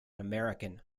american